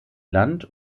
land